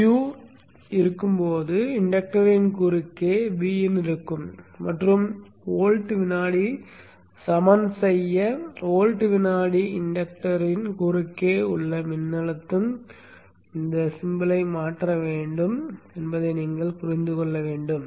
Q இருக்கும் போது இண்டக்டரின் குறுக்கே Vin இருக்கும் மற்றும் வோல்ட் வினாடி சமன் செய்ய வோல்ட் வினாடிக்கு இண்டக்டரின் குறுக்கே உள்ள மின்னழுத்தம் குறியை மாற்ற வேண்டும் என்பதை நீங்கள் புரிந்து கொள்ள வேண்டும்